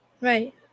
right